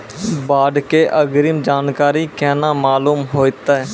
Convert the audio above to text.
बाढ़ के अग्रिम जानकारी केना मालूम होइतै?